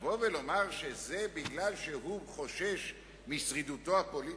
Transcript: לבוא ולומר שזה מפני שהוא חושש משרידותו הפוליטית?